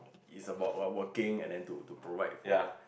is about we're working and to to provide for